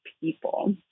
people